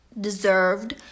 deserved